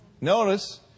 notice